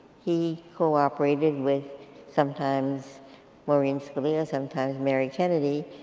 he cooperated with sometimes maureen scolio, sometimes mary kennedy,